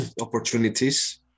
opportunities